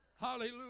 hallelujah